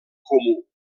comú